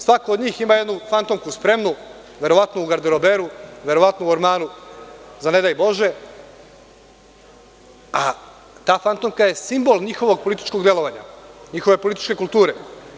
Svako od njih ima jednu fantomku spremnu, verovatno u garderoberu, verovatno u ormaru, za nedaj bože, a ta fantomka je simbol njihovog političkog delovanja, njihove političke kulture.